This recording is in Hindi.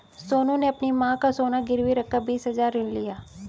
सोनू ने अपनी मां का सोना गिरवी रखकर बीस हजार ऋण लिया